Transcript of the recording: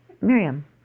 Miriam